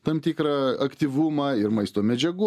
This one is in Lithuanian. tam tikrą aktyvumą ir maisto medžiagų